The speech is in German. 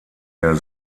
der